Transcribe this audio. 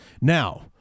Now